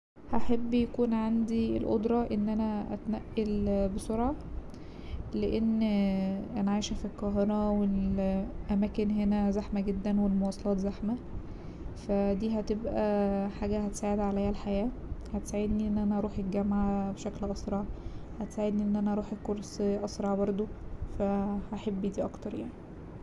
هحب يكون عندي القدرة ان انا اتنقل بسرعة لأن انا عايشة في القاهرة والاماكن هنا زحمه جدا والمواصلات زحمه فا دي هتبقى حاجة هتسهل عليا الحياة هتساعدني ان انا اروح الجامعة بشكل اسرع هتساعدني ان انا اروح الكورس اسرع برضه فا هحب دي اكتر يعني.